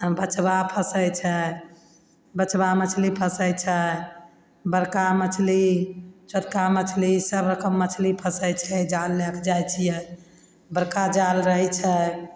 आओर बचबा फँसय छै बचबा मछली फँसय छै बड़का मछली छोटका मछली ई सब मछली फँसै छै जाल लए कऽ जाय छियै बड़का जाल रहय छै